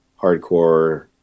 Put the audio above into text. hardcore